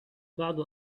بعض